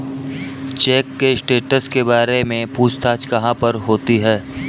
Check के status के बारे में पूछताछ कहाँ पर होती है?